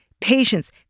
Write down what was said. patience